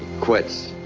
quits.